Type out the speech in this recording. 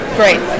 great